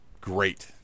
great